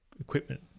equipment